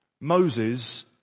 Moses